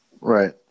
Right